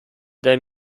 their